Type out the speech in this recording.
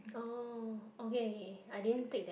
oh okay okay I didn't take that